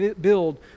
build